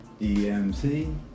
DMC